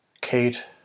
Kate